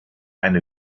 eine